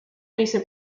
decent